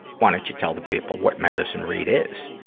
why don't you tell the people what madison reed is?